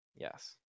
Yes